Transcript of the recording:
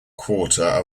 quarter